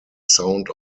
sound